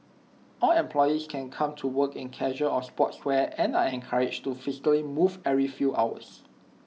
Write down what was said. all employees can come to work in casual or sportswear and are encouraged to physically move every few hours